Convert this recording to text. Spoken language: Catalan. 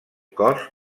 cos